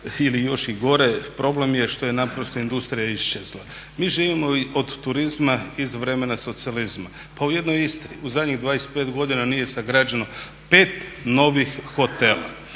ili još i gore problem što je naprosto industrija iščezla. Mi živimo od turizma iz vremena socijalizma. Pa u jednoj Istri u zadnjih 25 godina nije sagrađeno 5 novih hotela.